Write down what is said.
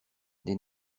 des